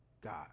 God